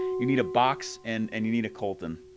you need a box and and you need a coulton.